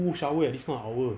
who shower at this kind of hour